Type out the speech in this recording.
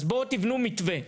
אז בואו תבנו מתווה,